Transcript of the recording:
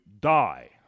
die